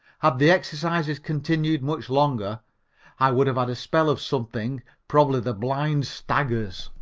had the exercises continued much longer i would have had a spell of something, probably the blind staggers.